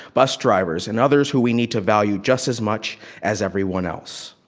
bus drivers, and others who we need to value just as much as everyone else.